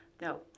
no